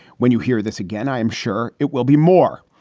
when you hear this again, i am sure it will be more.